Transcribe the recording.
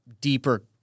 deeper